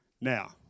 Now